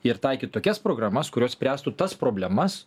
ir taikyt tokias programas kurios spręstų tas problemas